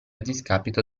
discapito